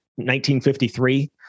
1953